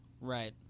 Right